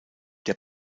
der